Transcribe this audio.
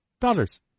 Dollars